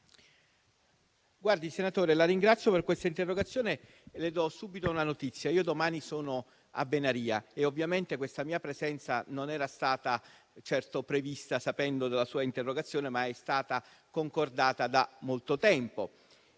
ringrazio, senatore Rosso, per questa interrogazione e le do subito una notizia: domani sarò a Venaria e questa mia presenza non era stata certo prevista sapendo della sua interrogazione, ma è stata concordata da molto tempo.